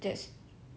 that's